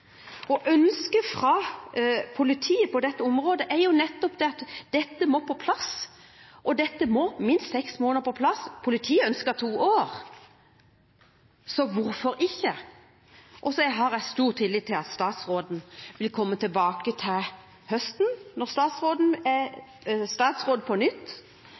og ønsket fra politiet på dette området er nettopp at dette må på plass. Minst seks måneder må på plass, og politiet ønsker to år, så hvorfor ikke? Så har jeg stor tillit til at statsråden vil komme tilbake til høsten, når statsråden er statsråd på nytt,